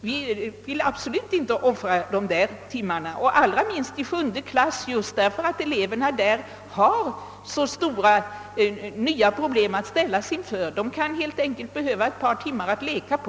Vi vill absolut inte offra någon del av den tid som anslagits för det fritt valda arbetet, allra minst i sjunde klassen, eftersom eleverna där ställs inför så stora nya problem. De kan helt enkelt behöva några timmar att leka på.